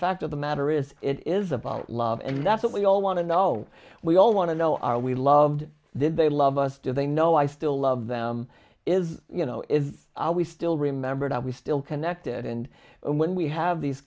fact of the matter is it is about love and that's what we all want to know we all want to know are we loved did they love us do they know i still love them is you know is we still remembered are we still connected and when we have these